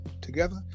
Together